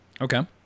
Okay